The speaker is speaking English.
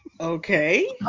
Okay